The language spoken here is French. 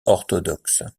orthodoxe